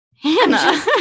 Hannah